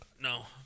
No